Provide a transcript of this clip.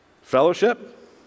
Fellowship